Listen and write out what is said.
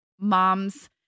moms